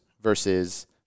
versus